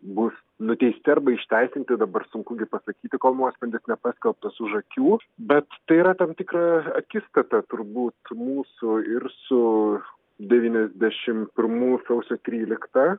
bus nuteisti arba išteisinti dabar sunku gi pasakyti kol nuosprendis nepaskelbtas už akių bet tai yra tam tikra akistata turbūt mūsų ir su devyniasdešim pirmų sausio trylikta